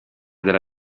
della